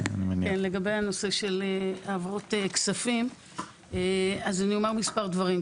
לגבי הנושא של העברות כספים אני אגיד מספר דברים.